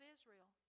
Israel